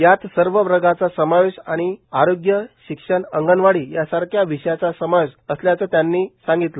यात सर्व वर्गाचा समावेश आणि आरोग्यू शिक्षण अंगवाडी या सारख्या विषयाचा समवेश असल्याचं त्यांनी सांगितल